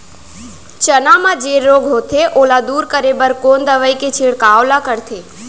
चना म जेन रोग होथे ओला दूर करे बर कोन दवई के छिड़काव ल करथे?